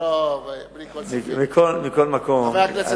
לגבי השאלה